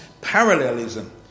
parallelism